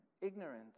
ignorance